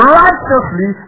righteously